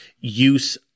use